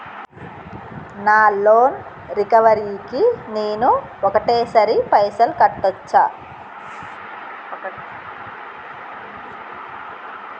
నా loan recovery కి నేను ఒకటేసరి పైసల్ కట్టొచ్చా?